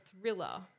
thriller